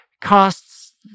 costs